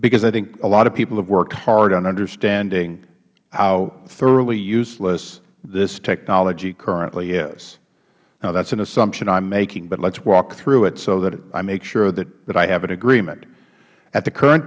because i think a lot of people have worked hard in understanding how thoroughly useless this technology currently is now that is an assumption i am making but let's walk through it so that i make sure that i have an agreement at the current